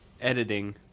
editing